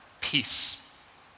peace